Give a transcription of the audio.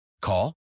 Call